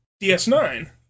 DS9